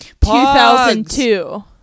2002